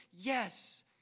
yes